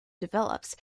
develops